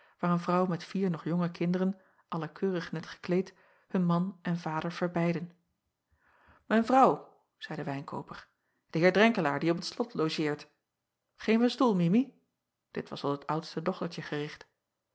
waar een vrouw met vier nog jonge kinderen allen keurig net gekleed hun man en vader verbeidden ijn vrouw zeî de wijnkooper de eer renkelaer die op t slot logeert eef een stoel imi dit was tot het oudste dochtertje gericht